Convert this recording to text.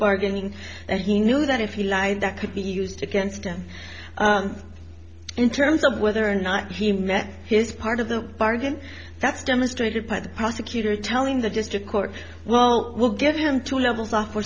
bargaining that he knew that if he lied that could be used against him in terms of whether or not he met his part of the bargain that's demonstrated by the prosecutor telling the district court well we'll get him to l